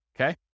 okay